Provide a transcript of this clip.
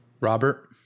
Robert